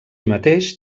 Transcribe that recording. mateix